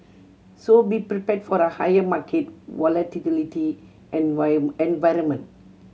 so be prepared for the higher market environment